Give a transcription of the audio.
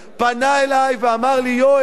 פנה אלי ואמר לי: יואל,